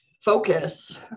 focus